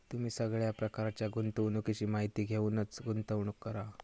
तुम्ही सगळ्या प्रकारच्या गुंतवणुकीची माहिती घेऊनच गुंतवणूक करा